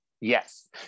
yes